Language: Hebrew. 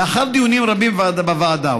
לאחר דיונים רבים בוועדה,